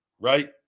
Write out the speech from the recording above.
Right